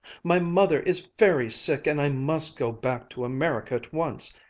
my mother is very sick and i must go back to america at once.